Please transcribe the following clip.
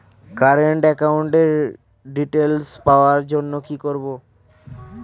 Current একাউন্টের details পাওয়ার জন্য কি করব?